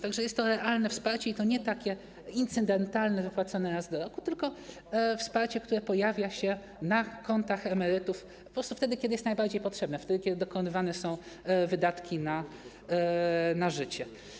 Tak że jest to realne wsparcie, i to nie takie incydentalne, wypłacane raz do roku, tylko wsparcie, które pojawia się na kontach emerytów po prostu wtedy, kiedy jest najbardziej potrzebne, kiedy dokonywane są wydatki na życie.